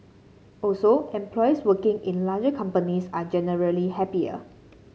also employees working in larger companies are generally happier